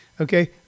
okay